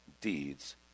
deeds